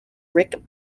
ric